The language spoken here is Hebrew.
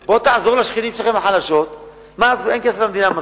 אבל כשרוצים לקצץ מהערים הגדולות,